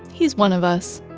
he's one of us.